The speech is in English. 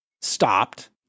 stopped